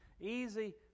easy